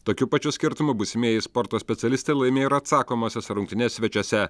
tokiu pačiu skirtumu būsimieji sporto specialistai laimėjo ir atsakomąsias rungtynes svečiuose